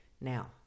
now